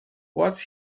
what’s